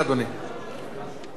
אני עולה.